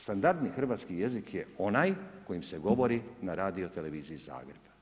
Standardni hrvatski jezik je onaj kojim se govori na radio televiziji Zagreb.